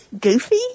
goofy